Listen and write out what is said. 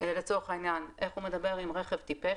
לצורך העניין איך הוא מדבר עם רכב טיפש,